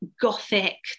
gothic